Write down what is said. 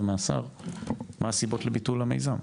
מהשר לגבי מהן הסיבות לביטול המיזם.